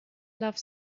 love